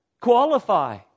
qualify